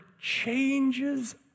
changes